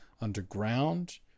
underground